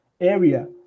area